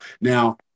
Now